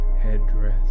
headdress